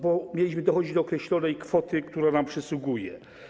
Bo mieliśmy dochodzić do określonej kwoty, która nam przysługuje.